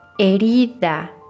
Herida